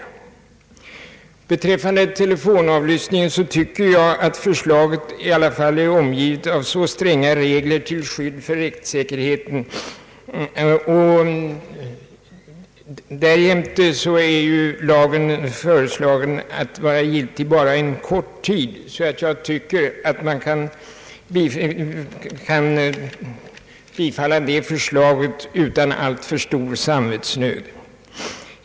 Förslaget till lag om telefonavlyssning är enligt min mening i alla fall kringgärdat med så stränga regler till skydd för rättssäkerheten, vartill kommer att lagen föreslås vara giltig endast en kort tid, att jag tycker att förslaget kan bifallas utan alltför stor samvetsnöd.